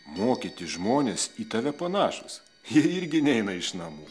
mokyti žmonės į tave panašūs ir irgi neina iš namų